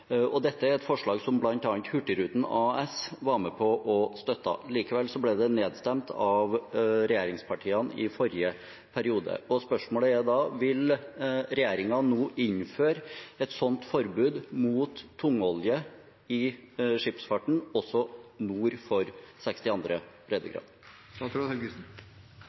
Dette er et forslag som bl.a. Hurtigruten AS var med på å støtte. Likevel ble det nedstemt av regjeringspartiene i forrige periode. Spørsmålet er da: Vil regjeringen nå innføre et sånt forbud mot tungolje i skipsfarten også nord for